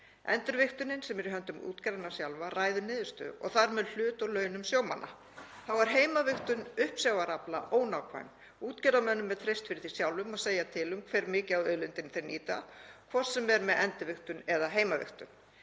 Endurvigtunin sem er í höndum útgerðarinnar sjálfrar ræður niðurstöðu og þar með hlut og launum sjómanna. Þá er heimavigtun uppsjávarafla ónákvæm. Útgerðarmönnum er treyst fyrir því sjálfum að segja til um hve mikið af auðlindinni þeir nýta, hvort sem er með endurvigtun eða heimavigtun.